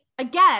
Again